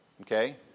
Okay